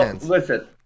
Listen